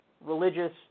religious